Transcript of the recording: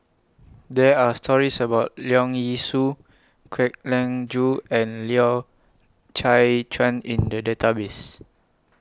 There Are stories about Leong Yee Soo Kwek Leng Joo and Loy Chye Chuan in The Database